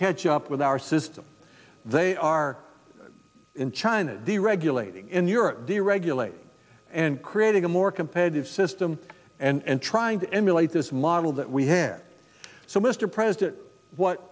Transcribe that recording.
catch up with our system they are in china deregulating in europe deregulate and creating a more competitive system and trying to emulate this model that we have so mr president what